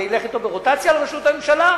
אני אלך אתו ברוטציה על ראשות הממשלה?